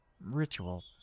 ritual